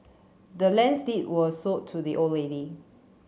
the land's deed was sold to the old lady